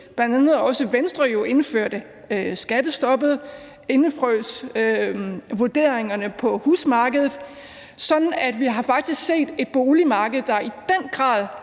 bl.a. fordi Venstre indførte skattestoppet og indefrøs vurderingerne på boligmarkedet, så vi faktisk har set et boligmarked, der i den grad